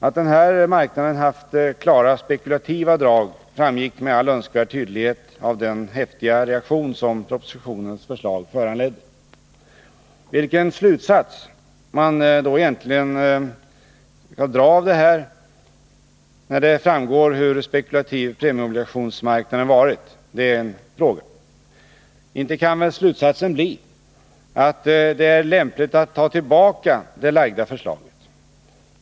Att den här marknaden haft klara spekulativa drag framgick med all önskvärd tydlighet av den häftiga reaktion som propositionens förslag föranledde. Vilken slutsats skall man då egentligen dra, när det framgår hur spekulativ premieobligationsmarknaden varit? Inte kan väl slutsatsen bli att det är lämpligt att ta tillbaka det framlagda förslaget.